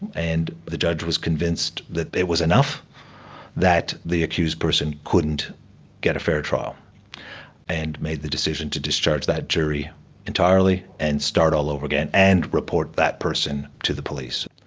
and the judge was convinced that there was enough that the accused person couldn't get a fair trial and made the decision to discharge that jury entirely and start all over again and report that person to the police.